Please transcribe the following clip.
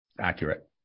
accurate